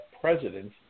president